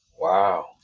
wow